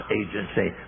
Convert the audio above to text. agency